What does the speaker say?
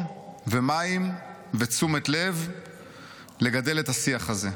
ומים ותשומת לב כדי לגדל את השיח הזה.